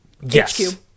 Yes